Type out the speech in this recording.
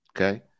Okay